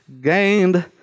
gained